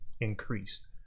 increased